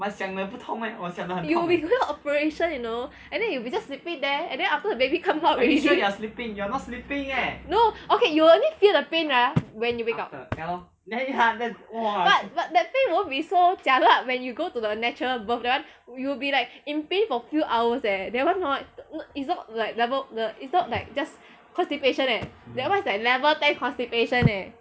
you will be going for operation you know and then you will be just sleeping there and then after the baby come out already no okay you will only feel the pain ah when you wake up but but that pain won't be so jialat when you go to the natural birth that one you will be like in pain for a few hours leh that one hor is not like the level the is not like just constipation leh that's one like level ten constipation leh